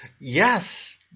yes